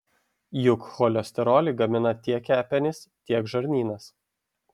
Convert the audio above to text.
juk cholesterolį gamina tiek kepenys tiek žarnynas